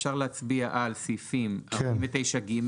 אפשר להצביע על סעיפים 49ג,